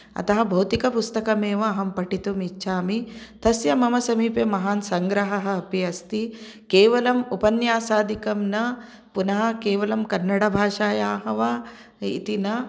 अतः भौतिकपुस्तकमेव अहं पठितुम् इच्छामि तस्य मम समीपे महान् सङ्ग्रहः अपि अस्ति केवलम् उपन्यासादिकं न पुनः केवलं कन्नडभाषायाः वा इति न